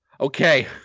Okay